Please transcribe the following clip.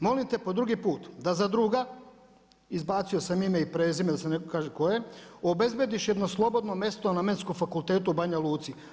Molim te po drugi put da za druga, izbacio sam ime i prezime da se ne kaže tko je, obezbediš jedno slobodno mesto na Medicinskom fakultetu u Banja Luci.